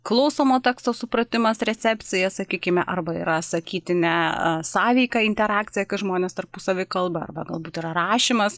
klausomo teksto supratimas recepcija sakykime arba yra sakytinė sąveika interakcija kai žmonės tarpusavy kalba arba galbūt yra rašymas